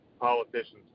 politicians